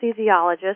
anesthesiologist